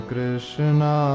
Krishna